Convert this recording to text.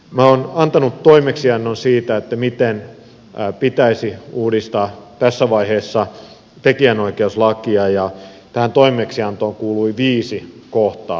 minä olen antanut toimeksiannon siitä miten pitäisi uudistaa tässä vaiheessa tekijänoikeuslakia ja tähän toimeksiantoon kuului viisi kohtaa